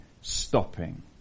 stopping